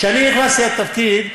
כשאני נכנסתי לתפקיד,